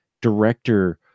director